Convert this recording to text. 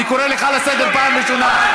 אני קורא אותך לסדר פעם ראשונה.